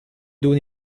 دون